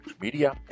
Media